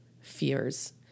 fears